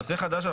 נושא חדש,